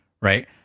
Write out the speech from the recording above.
right